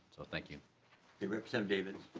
so thank you rick some david